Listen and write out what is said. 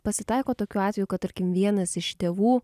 pasitaiko tokių atvejų kad tarkim vienas iš tėvų